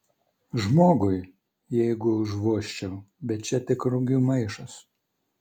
žmogui jeigu užvožčiau bet čia tik rugių maišas